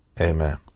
Amen